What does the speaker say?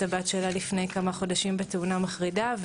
הבת שלה לפני כמה חודשים בתאונה מחרידה.